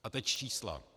A teď čísla.